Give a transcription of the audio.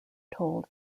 told